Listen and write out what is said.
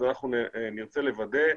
אנחנו נרצה לוודא,